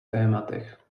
tématech